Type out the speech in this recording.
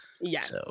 Yes